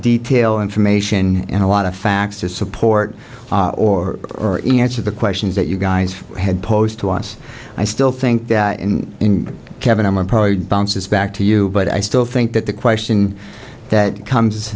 detail information and a lot of facts to support or are in answer the questions that you guys had posed to us i still think that kevin armor probably bounces back to you but i still think that the question that comes